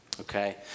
okay